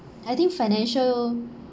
I think financial